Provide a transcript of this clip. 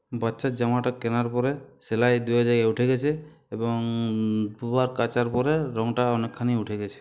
বাচ্চার জামাটা কেনার পরে সেলাই দু জায়গায় উঠে গেছে এবং দুবার কাচার পরে রঙটা অনেকখানি উঠে গেছে